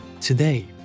Today